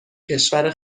کشور